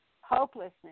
hopelessness